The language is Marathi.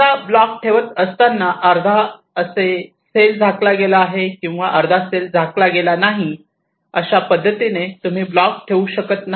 समजा ब्लॉक ठेवत असताना अर्धा असे सेल झाकला गेला आहे आणि अर्धा सेल झाकला गेला नाही अशा पद्धतीने तुम्ही ब्लॉक ठेवू शकत नाही